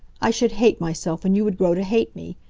i should hate myself, and you would grow to hate me.